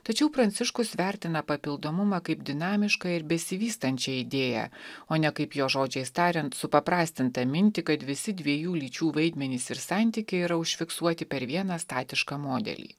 tačiau pranciškus vertina papildomumą kaip dinamišką ir besivystančią idėją o ne kaip jo žodžiais tariant supaprastintą mintį kad visi dviejų lyčių vaidmenys ir santykiai yra užfiksuoti per vieną statišką modelį